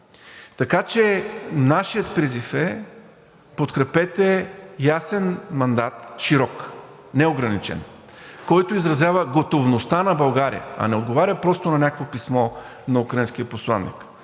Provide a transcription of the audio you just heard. Така че нашият призив е – подкрепете ясен мандат, широк, не ограничен, който изразява готовността на България, а не отговаря просто на някакво писмо на украинския посланик.